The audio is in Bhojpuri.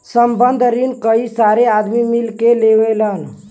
संबंद्ध रिन कई सारे आदमी मिल के लेवलन